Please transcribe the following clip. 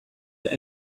they